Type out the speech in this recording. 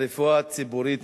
הרפואה הציבורית,